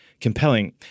compelling